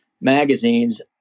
magazines